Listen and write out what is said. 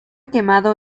quemado